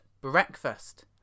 breakfast